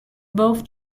both